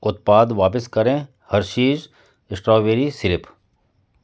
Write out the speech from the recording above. उत्पाद वापस करें हर्शीज़ स्ट्रॉबेरी सिरप